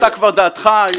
-- שאתה כבר דעתך ידועה מראש.